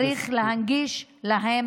לרדת?